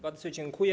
Bardzo dziękuję.